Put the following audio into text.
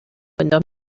window